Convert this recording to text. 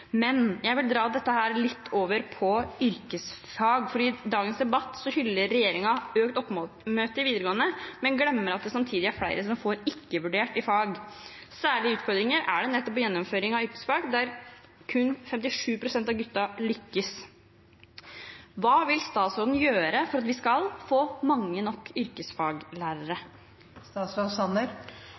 Jeg vil dra dette litt over på yrkesfag, for i dagens debatt hyller regjeringen økt oppmøte i videregående, men glemmer at det samtidig er flere som får «ikke vurdert» i fag. Særlige utfordringer er det nettopp i gjennomføringen av yrkesfag, der kun 57 pst. av guttene lykkes. Hva vil statsråden gjøre for at vi skal få mange nok yrkesfaglærere?